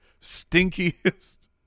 stinkiest